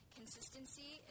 consistency